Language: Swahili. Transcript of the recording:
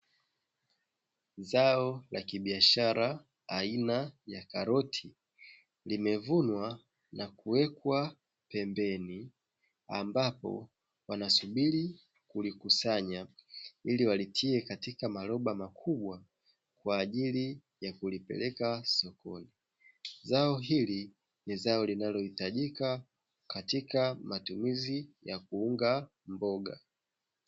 Zao la kibiashara aina ya karoti limevunwa na kuwekwa pembeni ambapo wanasubiri kulikusanya ili walitie katika maroba makubwa kwa ajili ya kulipeleka sokoni. Zao hili ni zao linalohitajika katika matumizi ya kuunga mboga.